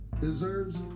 deserves